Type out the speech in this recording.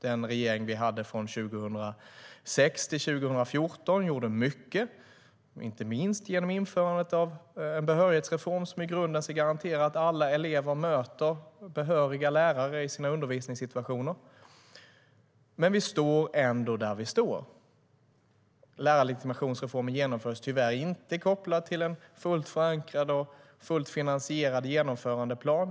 Den regering vi hade 2006-2014 gjorde mycket, inte minst genom införandet av en behörighetsreform som i grunden ska garantera att alla elever möter behöriga lärare i undervisningssituationen. Men vi står ändå där vi står. Lärarlegitimationsreformen genomfördes tyvärr inte kopplat till en fullt förankrad och fullt finansierad genomförandeplan.